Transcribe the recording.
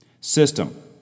System